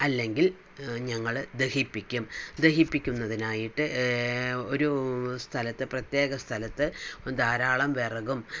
അല്ലങ്കിൽ ഞങ്ങള് ദഹിപ്പിക്കും ദഹിപ്പിക്കുന്നതിനായിട്ട് ഒരു സ്ഥലത്ത് പ്രത്യേക സ്ഥലത്ത് ധാരാളം വിറകും